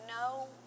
no